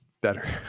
better